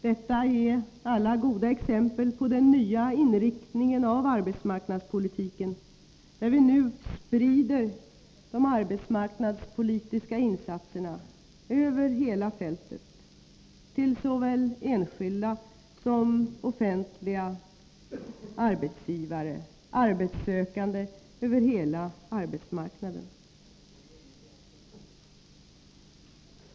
Allt detta är goda exempel på den nya inriktningen av arbetsmarknadspolitiken, där vi nu sprider de arbetsmarknadspolitiska insatserna över hela fältet, till såväl enskilda och offentliga arbetsgivare som arbetssökande över hela arbetsmarknaden.